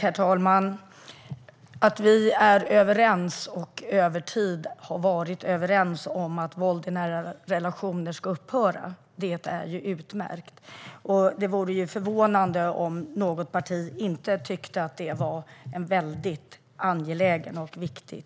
Herr talman! Att vi är överens och över tid har varit överens om att våld i nära relationer ska upphöra är ju utmärkt. Det vore förvånande om något parti inte skulle tycka att det är en väldigt angelägen och viktig